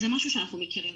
זה משהו שאנחנו מכירים.